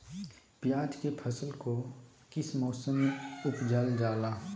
प्याज के फसल को किस मौसम में उपजल जाला?